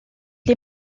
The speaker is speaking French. les